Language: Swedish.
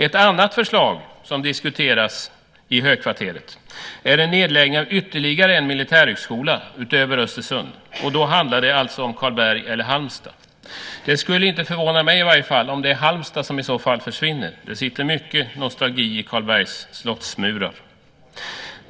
Ett annat förslag som diskuteras i Högkvarteret är en nedläggning av ytterligare en militärhögskola utöver Östersund. Då handlar det alltså om Karlberg eller Halmstad. Det skulle inte förvåna mig i varje fall om det är Halmstad som i så fall försvinner. Det sitter mycket nostalgi i Karlbergs slottsmurar.